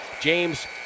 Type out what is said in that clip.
James